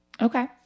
Okay